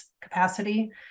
capacity